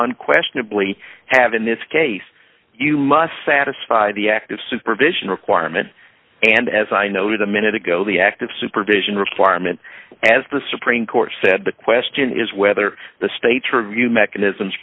unquestionably have in this case you must satisfy the active supervision requirement and as i noted a minute ago the active supervision requirement as the supreme court said the question is whether the state's review mechanisms